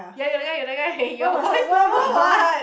yeah you're the guy you're the guy your voice lower [what]